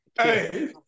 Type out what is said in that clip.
Hey